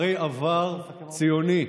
אחרי עבר ציוני,